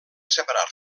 separar